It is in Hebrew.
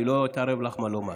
אני לא אגיד לך מה לומר.